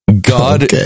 God